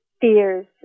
fears